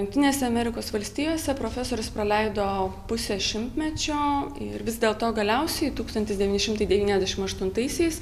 jungtinėse amerikos valstijose profesorius praleido pusę šimtmečio ir vis dėl to galiausiai tūkstantis devyni šimtai devyniasdešimt aštuntaisiais